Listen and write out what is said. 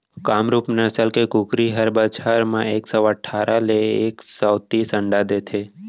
कामरूप नसल के कुकरी ह बछर म एक सौ अठारा ले एक सौ तीस अंडा देथे